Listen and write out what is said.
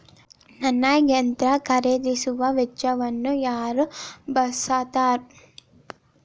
ನನ್ನ ಯಂತ್ರ ಖರೇದಿಸುವ ವೆಚ್ಚವನ್ನು ಯಾರ ಭರ್ಸತಾರ್?